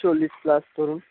চল্লিশ প্লাস ধরুন